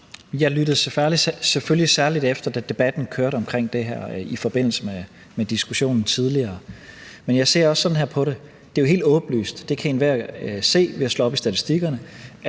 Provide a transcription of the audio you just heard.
Jeg lyttede selvfølgelig særligt efter, da debatten kørte omkring det her i forbindelse med diskussionen tidligere. Men jeg ser også sådan her på det, at det jo er helt åbenlyst – det kan enhver se ved at slå op i statistikkerne